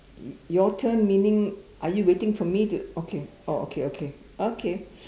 y~ your turn meaning are you waiting for me to okay oh okay okay okay